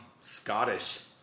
Scottish